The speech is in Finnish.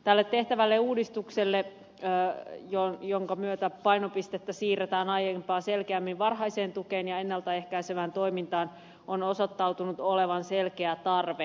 tälle tehtävälle uudistukselle jonka myötä painopistettä siirretään aiempaa selkeämmin varhaiseen tukeen ja ennalta ehkäisevään toimintaan on osoittautunut olevan selkeä tarve